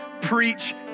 preach